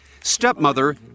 Stepmother